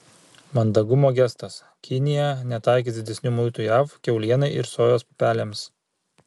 mandagumo gestas kinija netaikys didesnių muitų jav kiaulienai ir sojos pupelėms